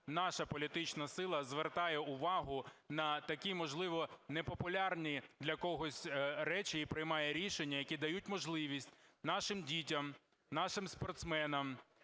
наша політична сила звертає увагу на такі, можливо, непопулярні для когось речі і приймає рішення, які дають можливість нашим дітям, нашим спортсменам,